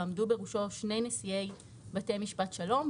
ועמדו בראשו שני נשיאי בתי משפט שלום,